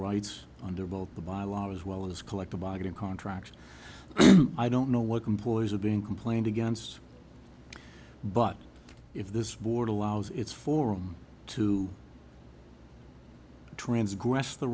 rights under both the by law as well as collective bargaining contracts i don't know what compilers are being complained against but if this board allows its forum to transgressed the